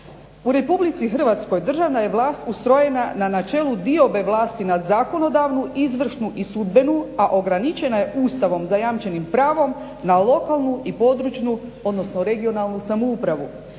"U Republici Hrvatskoj državna je vlast ustrojena na načelu diobe vlasti na zakonodavnu, izvršnu i sudbenu a ograničena je Ustavom zajamčenim pravom na lokalnu i područnu, odnosno regionalnu samoupravu.